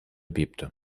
bebte